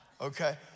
okay